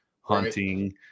hunting